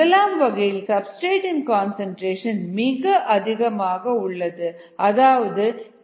முதலாம் வகையில் சப்ஸ்டிரேட் இன் கன்சன்ட்ரேஷன் மிக அதிகமாக உள்ளது அதாவது Ks மதிப்பைவிட